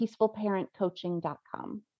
peacefulparentcoaching.com